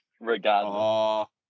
regardless